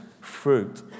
fruit